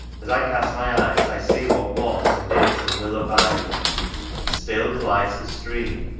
as i cast my eyes, i see what was, and is, and will abide still glides the stream,